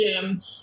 gym